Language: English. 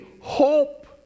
hope